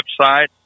website